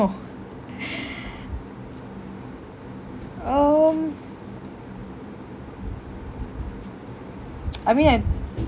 um I mean I